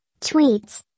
tweets